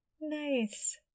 Nice